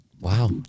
Wow